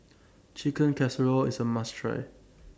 Chicken Casserole IS A must Try